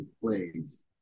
plays